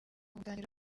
biganiro